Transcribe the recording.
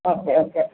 okay okay